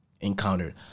encountered